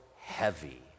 Heavy